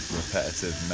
repetitive